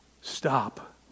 stop